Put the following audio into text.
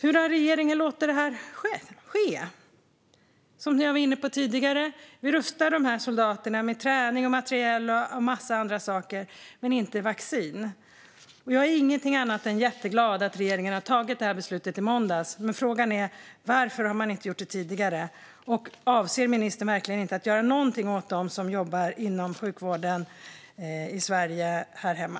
Hur har regeringen låtit detta ske? Som jag var inne på tidigare rustar ni de här soldaterna med träning, materiel och en massa andra saker men inte med vaccin. Jag är ingenting annat än jätteglad att regeringen tog det här beslutet i måndags, men frågan är varför man inte har gjort det tidigare. Och avser ministern verkligen inte att göra någonting åt dem som jobbar inom sjukvården i Sverige här hemma?